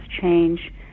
change